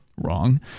wrong